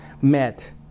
met